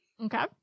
Okay